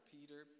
Peter